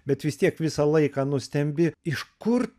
bet vis tiek visą laiką nustembi iš kur